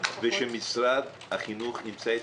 ושמרד החינוך ימצא את